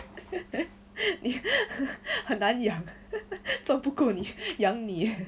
你很难养赚不够来养你